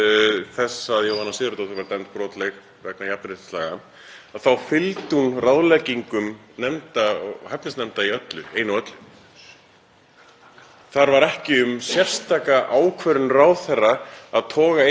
Þar var ekki um sérstaka ákvörðun ráðherra að ræða um að toga einn fram fyrir eða annan eða eitthvað því um líkt. En stjórnsýslan brást þar og ekkert óeðlilegt að ráðherra beri ábyrgð á því en ekki á sambærilegan hátt t.d. og þegar